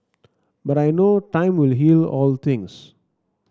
but I know time will heal all things